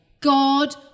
God